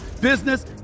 business